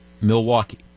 Milwaukee